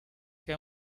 que